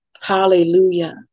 hallelujah